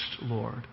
Lord